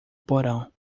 porão